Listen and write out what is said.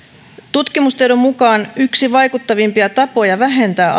tutkimustiedon mukaan yksi vaikuttavimpia tapoja vähentää